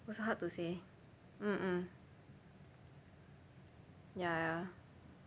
also hard to say mm mm ya ya